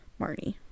marnie